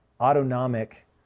autonomic